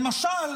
למשל,